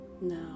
Now